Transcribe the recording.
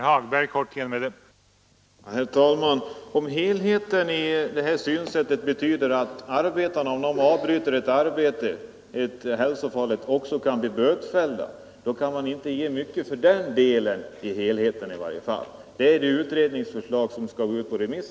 Herr talman! Om helheten betyder att t.ex. arbetare som avbryter ett hälsofarligt arbete kan bli bötfällda, vill man inte ge mycket för helheten i det fallet. Det är innebörden av det utredningsförslag som skall gå ut på remiss.